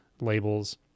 labels